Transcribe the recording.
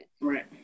Right